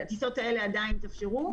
הטיסות האלה עדיין יתאפשרו.